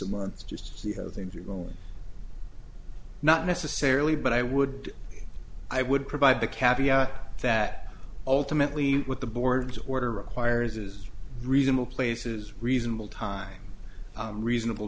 a month just see how things are going not necessarily but i would i would provide the caviar that ultimately with the board's order requires is reasonable places reasonable time reasonable